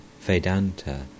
Vedanta